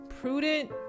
Prudent